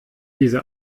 diese